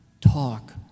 talk